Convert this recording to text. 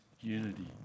unity